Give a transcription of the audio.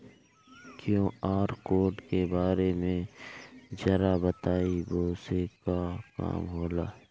QR code के बारे में जरा बताई वो से का काम होला?